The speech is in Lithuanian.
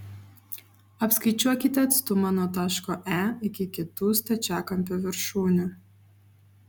apskaičiuokite atstumą nuo taško e iki kitų stačiakampio viršūnių